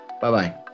Bye-bye